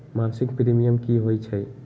मासिक प्रीमियम की होई छई?